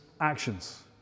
actions